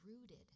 rooted